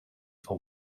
for